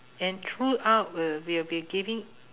and throughout we'll we'll be giving